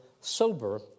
sober